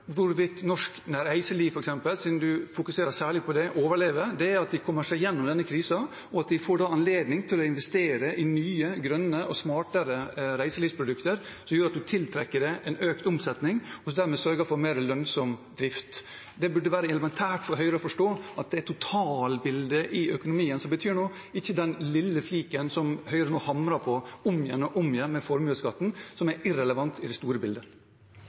hvorvidt f.eks. norsk reiseliv, siden representanten fokuserer særlig på det, overlever, er at de kommer seg gjennom denne krisen, og at de får anledning til å investere i nye, grønne og smartere reiselivsprodukter, som gjør at de tiltrekker seg en økt omsetning og dermed sørger for en mer lønnsom drift. Det burde være elementært for Høyre å forstå at det er totalbildet i økonomien som betyr noe, ikke den lille fliken som Høyre nå hamrer på om igjen og om igjen, nemlig formuesskatten, som er irrelevant i det store bildet.